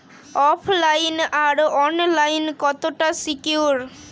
ওফ line আর online কতটা secure?